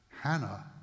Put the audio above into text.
Hannah